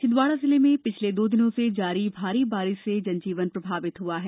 छिंदवाड़ा जिले में पिछले दो दिनों से जारी भारी बारिश से जनजीवन प्रभावित हुआ है